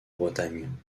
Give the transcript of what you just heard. bretagne